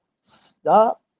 Stop